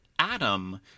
adam